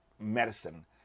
medicine